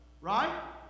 Right